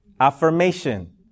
affirmation